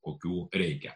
kokių reikia